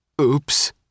Oops